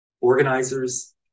organizers